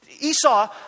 Esau